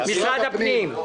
משרד הפנים.